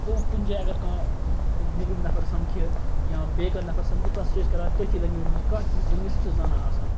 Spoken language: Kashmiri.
سُہ گوٚو کُنہِ جایہِ اگر کانٛہہ نیٚبرِم نَفَر سَمکھِ یا بیٚیہِ کانٛہہ نَفَر سَمکھِ تَس چھِ أسۍ کَران تٔتھٕے لینٛگویج مَنٛز کتھ یُس لینٛگویج سُہ چھُ زانان آسان